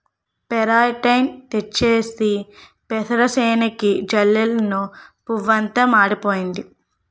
పెరాటేయిన్ తెచ్చేసి పెసరసేనుకి జల్లినను పువ్వంతా మాడిపోయింది